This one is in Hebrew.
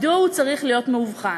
מדוע הוא צריך להיות מאובחן?